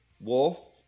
Wolf